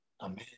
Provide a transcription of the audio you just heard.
Amen